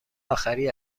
آخری